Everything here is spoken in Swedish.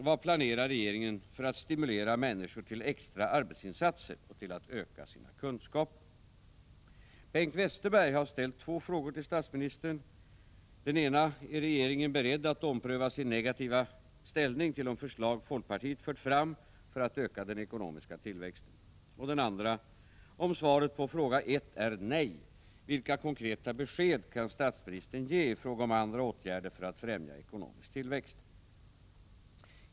Vad planerar regeringen för att stimulera människor till extra arbetsinsatser och till att öka sina kunskaper? Bengt Westerberg har ställt två frågor till statsministern: 1. Är regeringen beredd att ompröva sin negativa ställning till de förslag folkpartiet fört fram för att öka den ekonomiska tillväxten? 2. Om svaret på fråga 1 är nej, vilka konkreta besked kan statsministern ge i fråga om andra åtgärder för att främja ekonomisk tillväxt?